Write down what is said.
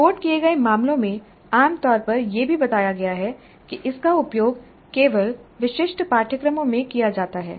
report किए गए मामलों में आमतौर पर यह भी बताया गया है कि इसका उपयोग केवल विशिष्ट पाठ्यक्रमों में किया जाता है